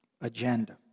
agenda